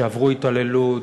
שעברו התעללות,